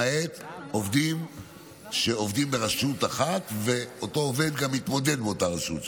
למעט עובד שעובד ברשות אחת ואותו עובד גם מתמודד באותה הרשות.